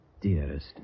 Dearest